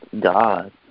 God